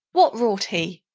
what wrought he?